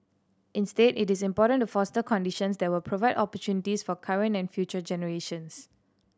instead it is important to foster conditions that will provide opportunities for current and future generations